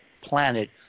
planet